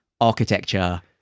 architecture